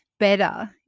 better